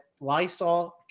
Lysol